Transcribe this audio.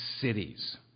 cities